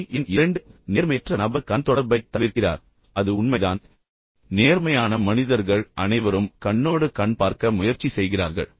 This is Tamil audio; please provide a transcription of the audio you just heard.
கேள்வி எண் 2 நேர்மையற்ற நபர் கண் தொடர்பைத் தவிர்க்கிறார் அது உண்மைதான் நேர்மையான மனிதர்கள் அனைவரும் கண்ணோடு கண் பார்க்க முயற்சி செய்கிறார்கள்